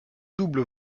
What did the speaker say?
double